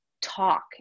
talk